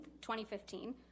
2015